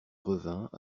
revint